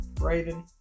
Raven